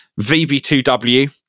vb2w